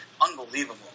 unbelievable